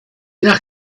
nach